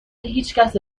هیچکس